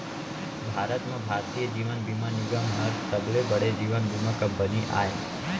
भारत म भारतीय जीवन बीमा निगम हर सबले बड़े जीवन बीमा कंपनी आय